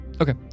Okay